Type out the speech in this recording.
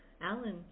Alan